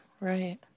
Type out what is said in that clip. right